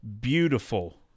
beautiful –